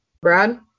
Brad